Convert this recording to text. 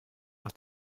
aus